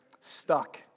stuck